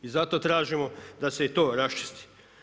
I zato tražimo da se i to raščisti.